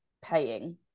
paying